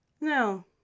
No